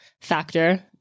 factor